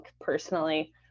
personally